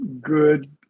good